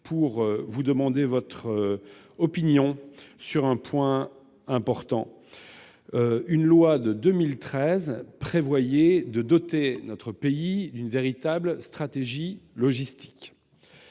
pour vous interroger sur un point important. Une loi de 2013 prévoyait de doter notre pays d'une véritable stratégie logistique.